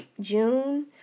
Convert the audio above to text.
june